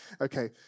Okay